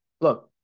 look